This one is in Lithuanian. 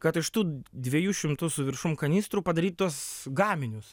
kad iš tų dviejų šimtų su viršum kanistrų padaryt tuos gaminius